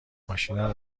ماشینم